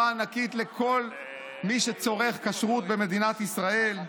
ענקית לכל מי שצורך כשרות במדינת ישראל.